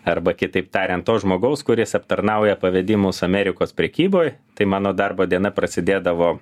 arba kitaip tariant to žmogaus kuris aptarnauja pavedimus amerikos prekyboj tai mano darbo diena prasidėdavo